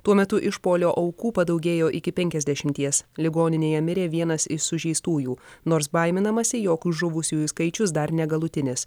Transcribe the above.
tuo metu išpuolio aukų padaugėjo iki penkiasdešimties ligoninėje mirė vienas iš sužeistųjų nors baiminamasi jog žuvusiųjų skaičius dar negalutinis